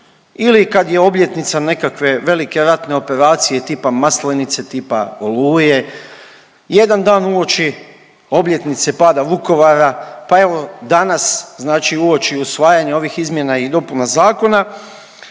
ili kada je obljetnica nekakve velike ratne operacije tipa Maslenice, tipa Oluje, jedan dan uoči obljetnice pada Vukovara, pa evo danas uoči usvajanja ovih izmjena i dopuna Zakona